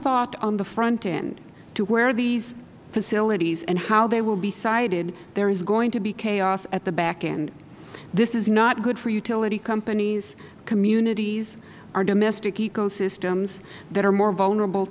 thought on the front end to where these facilities and how they will be sited there is going to be chaos at the back end this is not good for utility companies communities or domestic ecosystems that are more vulnerable